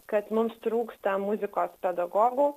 kad mums trūksta muzikos pedagogų